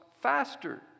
faster